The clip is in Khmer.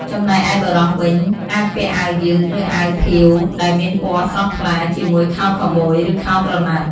ចំណែកឯបុរសវិញ អាចពាក់អាវយឺត ឬអាវធាវដែលមានពណ៌ស្រស់ថ្លា ជាមួយខោខូវប៊យ ឬខោក្រណាត់។